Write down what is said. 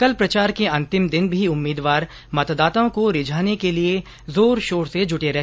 कल प्रचार के अंतिम दिन भी उम्मीदवार मतदाताओं को रिझाने के लिए जोर शोर से जुटे रहे